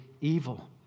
evil